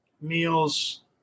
meals